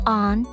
on